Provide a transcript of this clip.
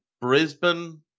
Brisbane